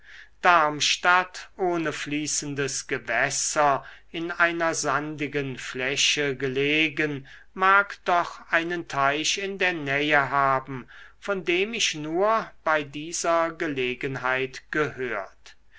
darmstadt ohne fließendes gewässer in einer sandigen fläche gelegen mag doch einen teich in der nähe haben von dem ich nur bei dieser gelegenheit gehört